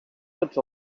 tots